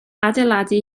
adeiladu